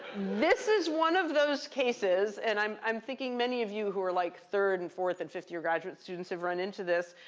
this is one of those cases and i'm i'm thinking many of you who are like third, and fourth, and fifth year graduate students have run into this,